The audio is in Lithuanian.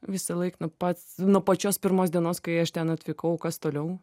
visą laik nu pats nuo pačios pirmos dienos kai aš ten atvykau kas toliau